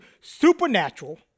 supernatural